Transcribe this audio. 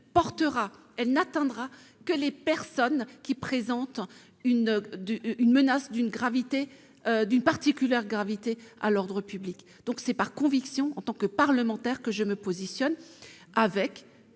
celle-ci n'atteindra que les personnes qui présentent une menace d'une particulière gravité pour l'ordre public. C'est donc par conviction, en tant que parlementaire, que je me positionne,